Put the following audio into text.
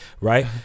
right